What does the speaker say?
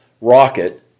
rocket